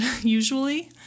usually